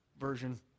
version